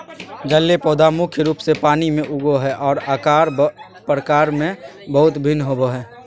जलीय पौधा मुख्य रूप से पानी में उगो हइ, और आकार प्रकार में बहुत भिन्न होबो हइ